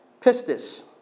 Pistis